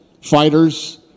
fighters